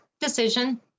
decision